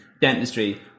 dentistry